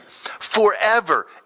Forever